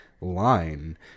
line